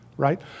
right